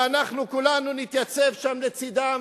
ואנחנו כולנו נתייצב שם לצדם,